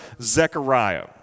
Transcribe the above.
Zechariah